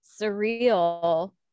surreal